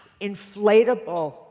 inflatable